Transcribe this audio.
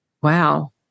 Wow